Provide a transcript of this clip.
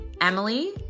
Emily